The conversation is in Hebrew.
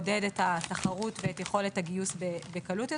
כדי לעודד את התחרות ואת יכולת הגיוס יותר בקלות.